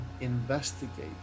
investigate